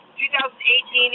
2018